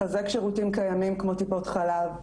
לחזק שירותים קיימים כמו טיפות חלב,